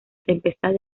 tempestad